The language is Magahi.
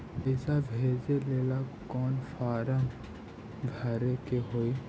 पैसा भेजे लेल कौन फार्म भरे के होई?